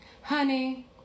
honey